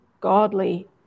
godly